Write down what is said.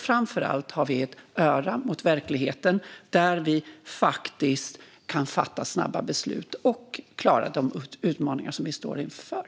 Framför allt har vi ett öra mot verkligheten, där vi faktiskt kan fatta snabba beslut och klara de utmaningar som vi står inför.